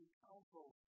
council